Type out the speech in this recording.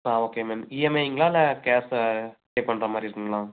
ஆ okay ma'am இஎம்ஐங்களா இல்லை கேஷ்ஷாக பே பண்றமாதிரி இருக்குங்களா